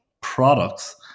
products